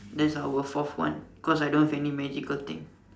there's our fourth one because I don't have any magical thing